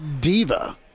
diva